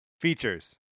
features